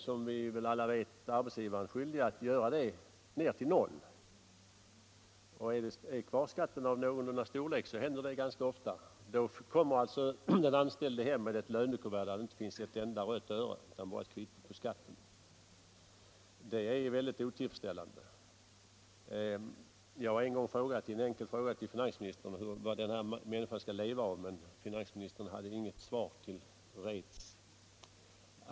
Som vi alla vet är arbetsgivaren skyldig att göra detta avdrag på lönen ned till noll. Om kvarskatten är någorlunda stor händer detta ganska ofta. Den anställde kommer då hem med ett lönekuvert som inte innehåller ett enda rött öre utan bara ett kvitto på att skatten är avdragen. Ett sådant förhållande är väldigt otillfredsställande. Jag har en gång frågat finansministern i en enkel fråga vad en sådan person skall leva av, men finansministern hade inget svar till reds.